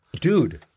Dude